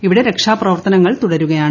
ഇവിടെ രക്ഷാപ്രവർത്തനങ്ങൾ തുട്രുകയാണ്